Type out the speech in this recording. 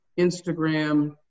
instagram